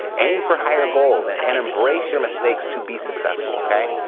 aim for higher goals and and embrace your mistakes to be successful, okay?